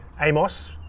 Amos